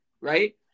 right